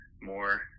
more